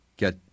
Get